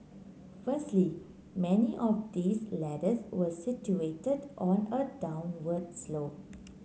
firstly many of these ladders were situated on a downward slope